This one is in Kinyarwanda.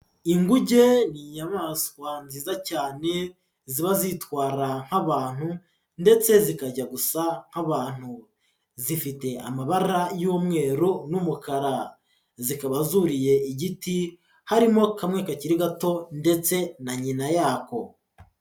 Inguge ni inyamaswa nziza cyane ziba zitwara nk'abantu, ndetse zikajya gusa nk'abantu. Zifite amabara y'umweru n'umukara. Zikaba zuriye igiti harimo kamwe kakiri gato ndetse na nyina yako.